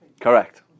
Correct